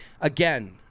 again